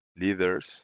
leaders